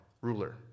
ruler